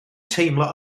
teimlo